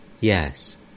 Yes